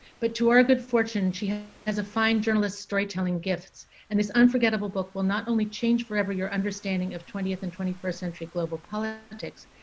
but to our good fortune, she has has a fine journalist storytelling gift. and this unforgettable book will not only change forever your understanding of twentieth and twenty first century global politics,